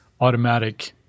automatic